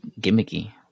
gimmicky